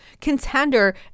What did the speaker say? contender